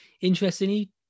interestingly